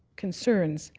concerns,